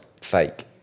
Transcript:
fake